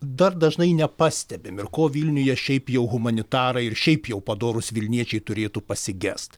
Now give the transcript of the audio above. dar dažnai nepastebim ir ko vilniuje šiaip jau humanitarai ir šiaip jau padorūs vilniečiai turėtų pasigest